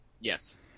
Yes